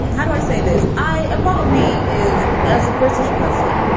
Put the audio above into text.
how do i say this? i a part of me is as a british person.